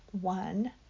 one